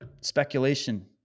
speculation